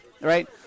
right